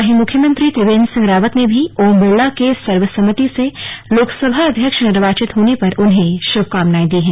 वहीं मुख्यमंत्री त्रिवेन्द्र सिंह रावत ने भी ओम बिरला के सर्वसम्मति से लोकसभा अध्यक्ष निर्वाचित होने पर उन्हें बधाई और शुभकामनाएं दी हैं